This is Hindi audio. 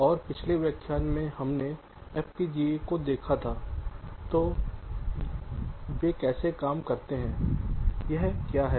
और पिछले व्याख्यान में हमने FPGAs को देखा था तो वे कैसे काम करते हैं यह क्या है